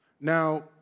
Now